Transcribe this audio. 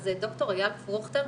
אז ד"ר איל פרוכטר,